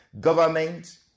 government